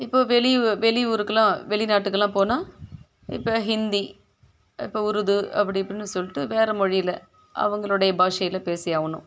இப்போது வெளி வெளி ஊருக்குலாம் வெளி நாட்டுக்குலாம் போனால் இப்போ ஹிந்தி இப்போ உருது அப்படி இப்படின்னு சொல்லிட்டு வேறே மொழியில் அவங்களுடைய பாஷையில் பேசியாகணும்